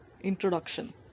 INTRODUCTION